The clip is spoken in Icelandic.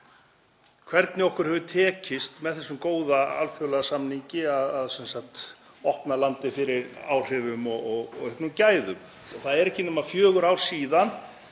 hvernig okkur hefur tekist með þessum góða alþjóðlega samningi að opna landið fyrir áhrifum og auknum gæðum. Það eru ekki nema fjögur ár síðan